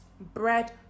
bread